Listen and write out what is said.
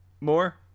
More